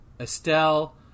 Estelle